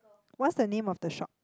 what's the name of the shop